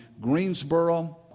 Greensboro